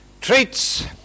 treats